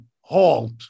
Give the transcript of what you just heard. halt